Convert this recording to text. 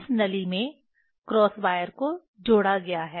उस नली में क्रॉस वायर को जोड़ा गया है